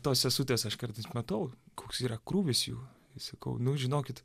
tos sesutės aš kartais matau koks yra krūvis jų ir sakau nu žinokit